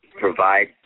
provide